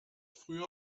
früher